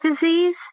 disease